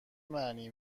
معنی